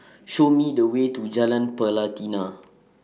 Show Me The Way to Jalan Pelatina